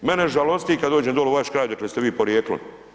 Mene žalosti kada dođem dolje u vaš kraj odakle ste vi porijeklom.